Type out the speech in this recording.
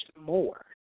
more